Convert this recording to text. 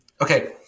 Okay